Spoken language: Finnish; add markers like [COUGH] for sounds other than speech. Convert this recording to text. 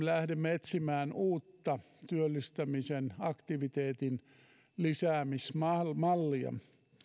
[UNINTELLIGIBLE] lähdemme etsimään uutta työllistämisen aktiviteetin lisäämismallia